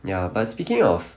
ya but speaking of